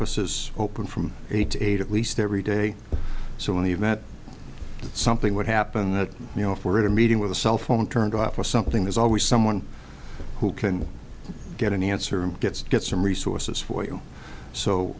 is open from eight to eight at least every day so in the event something would happen that you know if we're at a meeting with a cell phone turned off or something there's always someone who can get an answer and gets to get some resources for you so